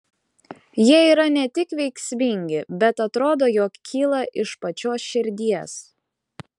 jie yra ne tik veiksmingi bet atrodo jog kyla iš pačios širdies